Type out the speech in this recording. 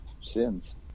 sins